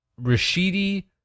Rashidi